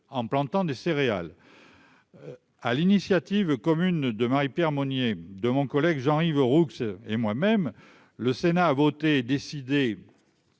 en plantant des céréales. à l'initiative commune de Marie-Pierre Monnier de mon collègue Jean Yves Héroux et moi-même, le Sénat a voté décidé